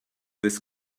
this